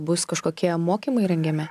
bus kažkokie mokymai rengiami